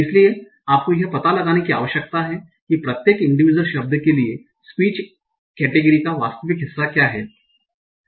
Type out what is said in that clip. इसलिए आपको यह पता लगाने की आवश्यकता है कि प्रत्येक इंडिविस्वल शब्द के लिए स्पीच कैटेगरी का वास्तविक हिस्सा क्या है